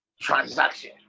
transaction